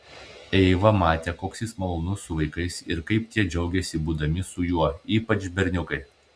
eiva matė koks jis malonus su vaikais ir kaip tie džiaugiasi būdami su juo ypač berniukai